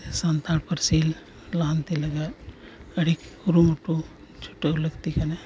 ᱥᱟᱱᱛᱟᱲ ᱯᱟᱹᱨᱥᱤ ᱞᱟᱦᱟᱱᱛᱤ ᱞᱟᱹᱜᱤᱫ ᱟᱹᱰᱤ ᱠᱩᱨᱩᱢᱩᱴᱩ ᱪᱷᱩᱴᱟᱹᱣ ᱞᱟᱹᱠᱛᱤ ᱠᱟᱱᱟ